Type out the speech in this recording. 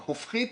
ההופכית.